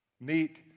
meet